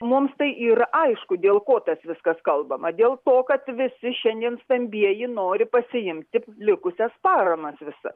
mums tai yra aišku dėl ko tas viskas kalbama dėl to kad visi šiandien stambieji nori pasiimti likusias paramas visas